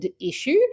issue